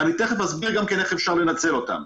אני אסביר עוד מעט איך אפשר לנצל אותם.